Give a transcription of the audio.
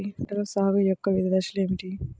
పంటల సాగు యొక్క వివిధ దశలు ఏమిటి?